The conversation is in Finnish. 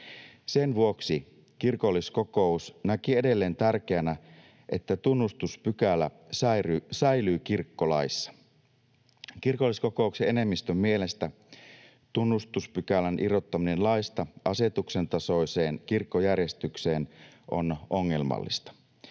Sen vuoksi kirkolliskokous näki edelleen tärkeänä, että tunnustuspykälä säilyy kirkkolaissa. Kirkolliskokouksen enemmistön mielestä tunnustuspykälän irrottaminen laista asetuksen tasoiseen kirkkojärjestykseen on ongelmallista.